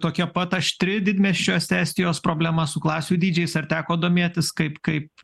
tokia pat aštri didmiesčiuose estijos problema su klasių dydžiais ar teko domėtis kaip kaip